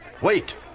Wait